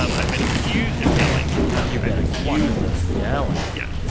um i've been accused of yelling you've been accused of yelling yes.